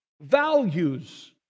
values